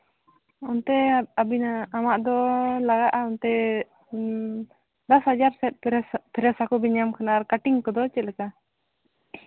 ᱚᱱᱛᱮ ᱟᱹᱵᱤᱱᱟᱜ ᱟᱢᱟᱜ ᱫᱚ ᱞᱟᱜᱟᱜᱼᱟ ᱚᱱᱛᱮ ᱫᱚᱥ ᱦᱟᱡᱟᱨ ᱥᱮᱫ ᱯᱷᱨᱮᱥ ᱟᱜ ᱯᱷᱨᱮᱥ ᱦᱟᱹᱠᱩ ᱵᱮᱱ ᱧᱟᱢ ᱠᱷᱟᱱ ᱟᱨ ᱠᱟᱴᱤᱝ ᱠᱚᱫᱚ ᱪᱮᱫ ᱞᱮᱠᱟ